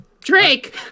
Drake